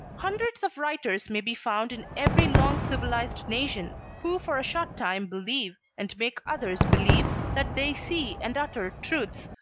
hundreds of writers may be found in every long-civilized nation, who for a short time believe, and make others believe, that they see and utter truths,